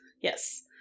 Yes